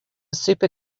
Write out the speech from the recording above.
super